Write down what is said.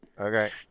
Okay